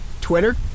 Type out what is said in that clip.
Twitter